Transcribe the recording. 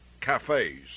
cafes